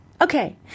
Okay